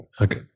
Okay